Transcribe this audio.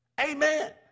Amen